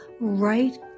right